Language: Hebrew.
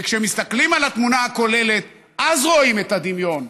כשמסתכלים על התמונה הכוללת, אז רואים את הדמיון.